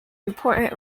important